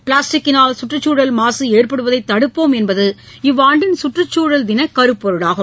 பிளாஸ்டிக்கினால் சுற்றுச்சூழல் மாசு ஏற்படுவதைத் தடுப்போம் என்பது இவ்வாண்டின் சுற்றுச்சூழல் தின கருப்பொருளாகும்